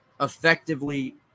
effectively